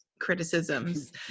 criticisms